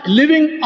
living